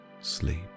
sleep